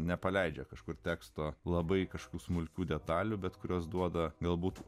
nepaleidžia kažkur teksto labai kažkokių smulkių detalių bet kurios duoda galbūt